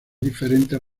diferentes